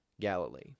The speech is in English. Galilee